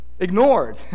ignored